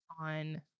on